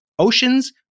Oceans